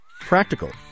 practical